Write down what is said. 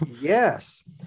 Yes